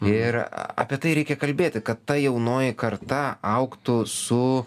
ir apie tai reikia kalbėti kad ta jaunoji karta augtų su